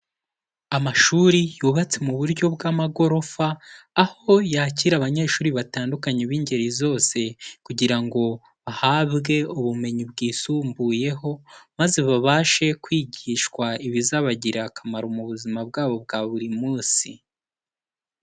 Amashuri yubatse mu buryo bw'amagorofa, aho yakira abanyeshuri batandukanye b'ingeri zose kugira ngo bahabwe ubumenyi bwisumbuyeho maze babashe kwigishwa ibizabagirira akamaro mu buzima bwabo bwa buri munsi.